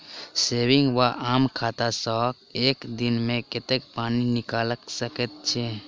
Saving वा आम खाता सँ एक दिनमे कतेक पानि निकाइल सकैत छी?